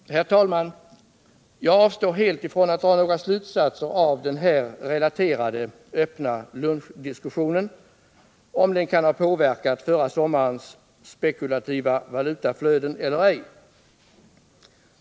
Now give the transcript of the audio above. Herr talman! Jag avstår helt från att dra några slutsatser om huruvida den här relaterade öppna lunchdiskussionen kan ha påverkat förra sommarens ”spekulativa valutaflöden” eller ej.